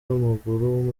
w’amaguru